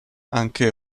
anche